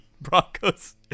Broncos